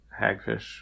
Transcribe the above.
hagfish